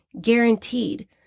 guaranteed